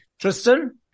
Tristan